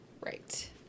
Right